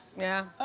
yeah.